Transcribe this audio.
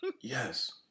Yes